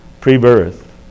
pre-birth